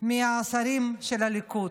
מהשרים של הליכוד,